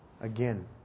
Again